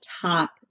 top